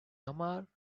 omar